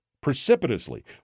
precipitously